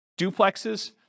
duplexes